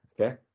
okay